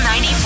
94